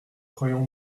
croyant